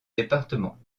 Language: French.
département